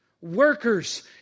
workers